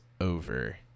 over